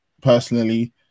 personally